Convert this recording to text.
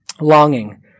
longing